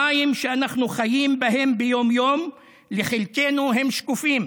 המים שאנחנו חיים בהם ביום-יום, לחלקנו הם שקופים,